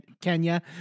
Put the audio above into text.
Kenya